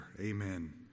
Amen